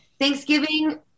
Thanksgiving